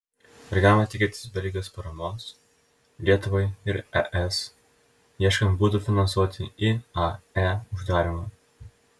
ar galima tikėtis belgijos paramos lietuvai ir es ieškant būdų finansuoti iae uždarymą